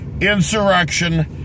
insurrection